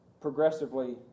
progressively